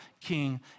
king